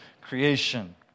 creation